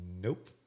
Nope